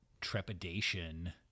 trepidation